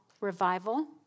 revival